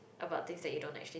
about things you don't actually